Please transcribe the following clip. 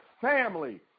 family